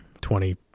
Twenty